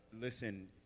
listen